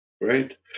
Right